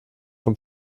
von